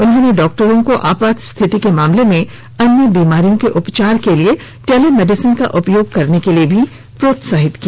उन्होंने डॉक्टरों को आपात स्थिति के मामले में अन्य बीमारियों के उपचार के लिए टेलीमेडिसन का उपयोग करने के लिए भी प्रोत्साहित किया